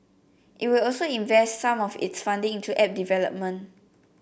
it will also invest some of its funding into app development